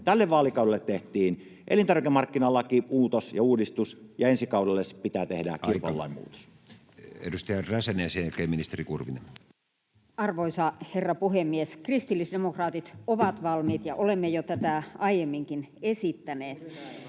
Tälle vaalikaudelle tehtiin elintarvikemarkkinalakimuutos ja -uudistus, [Puhemies: Aika!] ja ensi kaudella pitää tehdä kilpailulain muutos. Edustaja Räsänen ja sen jälkeen ministeri Kurvinen. Arvoisa herra puhemies! Kristillisdemokraatit ovat siihen valmiit, ja olemme tätä jo aiemminkin esittäneet.